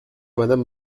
madame